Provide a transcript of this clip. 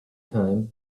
time